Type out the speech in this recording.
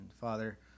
Father